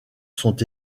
sont